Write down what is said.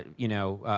you know,